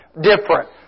different